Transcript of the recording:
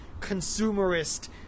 consumerist